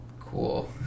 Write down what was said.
Cool